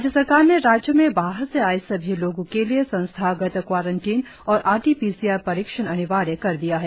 राज्य सरकार ने राज्य में बाहर से आए सभी लोगों के लिए संस्थागत क्वारेंटिन और R T P C R परीक्षण अनिवार्य कर दिया है